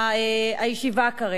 הישיבה כרגע,